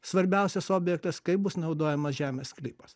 svarbiausias objektas kaip bus naudojamas žemės sklypas